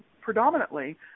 predominantly